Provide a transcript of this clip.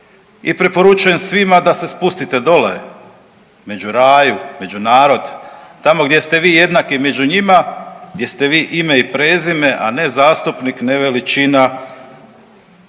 i preporučujem svima da se spustite dolje među raju, među narod, tamo gdje ste vi jednaki među njima, gdje ste vi ime i prezime, a ne zastupnik, ne veličina.